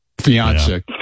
Fiance